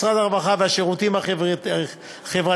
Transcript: משרד הרווחה והשירותים החברתיים,